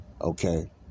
Okay